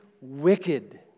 wicked